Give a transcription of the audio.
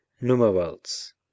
numerals